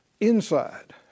Inside